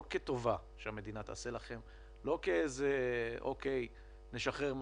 לא כטובה שהמדינה תעשה לכם, לא "נשחרר משהו",